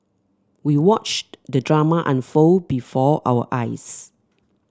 we watched the drama unfold before our eyes